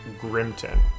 Grimton